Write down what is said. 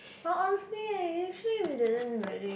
well honestly actually we didn't really